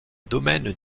domaine